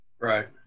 right